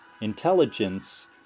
intelligence